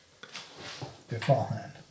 beforehand